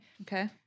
Okay